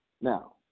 Now